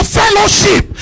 fellowship